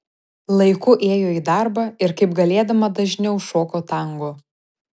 laiku ėjo į darbą ir kaip galėdama dažniau šoko tango